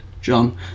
John